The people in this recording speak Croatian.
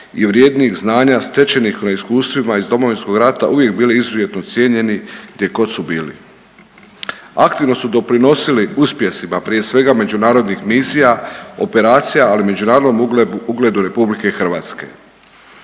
i vrijednih znanja stečenih na iskustvima iz Domovinskog rata uvijek bili izuzetno cijenjeni gdjegod su bili. Aktivno su doprinosili uspjesima prije svega međunarodnih misija, operacija, ali i međunarodnom ugledu RH i u tom